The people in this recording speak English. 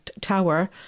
tower